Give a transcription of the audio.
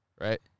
right